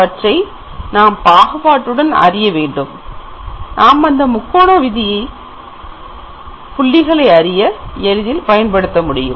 அவற்றை நாம் பாகுபாட்டுடன் அறியவேண்டும் நாம் அந்த புள்ளிகளை முக்கோண விதியில் எளிதில் கண்டறிய முடியும்